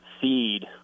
seed